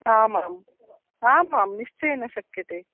आमाम् आमां निश्चयेन शक्यते